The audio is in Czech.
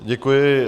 Děkuji.